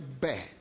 bad